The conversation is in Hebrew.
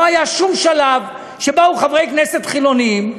לא היה שום שלב שבאו חברי כנסת חילונים,